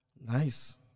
Nice